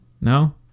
No